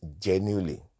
genuinely